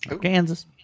Kansas